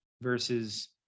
versus